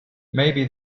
maybe